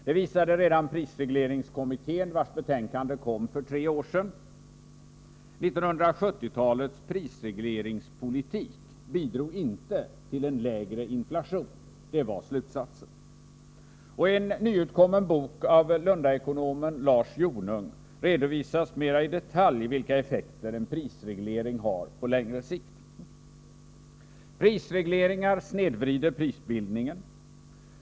Det visade prisregleringskommittén, vars betänkande lades fram redan för tre år sedan. 1970-talets prisregleringspolitik bidrog inte till en lägre inflation. Det var slutsatsen. I en nyutkommen bok av Lundaekonomen Lars Jonung redovisas mera i detalj vilka effekter en prisreglering har på längre sikt. Prisregleringar snedvrider prisbildningen.